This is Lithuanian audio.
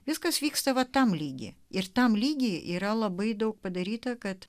viskas vyksta vat tam lygy ir tam lygy yra labai daug padaryta kad